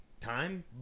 time